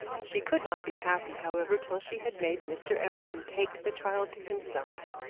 she could not be happy, however, till she had made mr arabin take the child to himself,